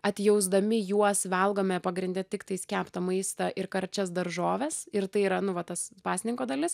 atjausdami juos valgome pagrinde tiktais keptą maistą ir karčias daržoves ir tai yra nu va tas pasninko dalis